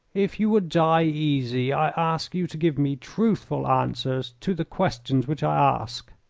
if you would die easy i ask you to give me truthful answers to the questions which i ask.